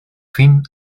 fin